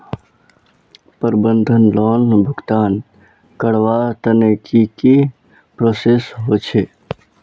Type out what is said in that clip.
प्रबंधन लोन भुगतान करवार तने की की प्रोसेस होचे?